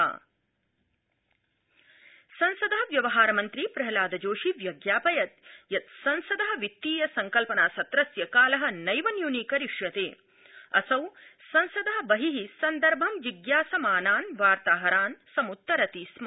जोशी संसद संसद व्यवहारमन्त्री प्रहलाद जोशी व्यज्ञापयत् यत् संसद वित्तीय संकल्पना सत्रस्य काल नैव न्यूनी करिष्यता असौ संसद बहि सन्दर्भ जिज्ञासमानान् वार्ताहरान् समुत्तरति स्म